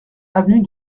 avenue